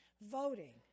voting